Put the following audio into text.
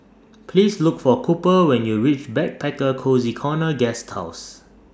Please Look For Cooper when YOU REACH Backpacker Cozy Corner Guesthouse